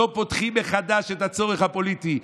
לא פותחים מחדש את הצורך הפוליטי.